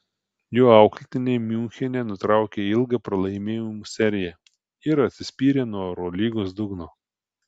jo auklėtiniai miunchene nutraukė ilgą pralaimėjimų seriją ir atsispyrė nuo eurolygos dugno